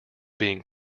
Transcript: being